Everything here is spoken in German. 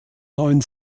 neun